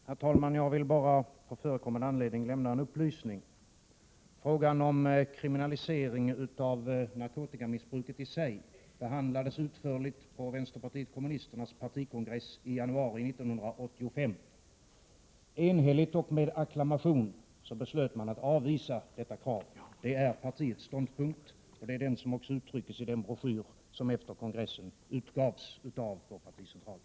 Herr talman! Jag vill bara på förekommen anledning lämna en upplysning. Frågan om kriminalisering av narkotikamissbruket i sig behandlades utförligt på vänsterpartiet kommunisternas partikongress i januari 1985. Enhälligt och med acklamation beslöt man att avvisa detta krav. Det är partiets ståndpunkt, och den uttrycks också i den broschyr som efter kongressen utgavs av vår particentral.